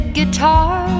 guitar